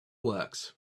works